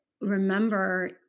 remember